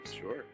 Sure